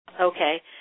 Okay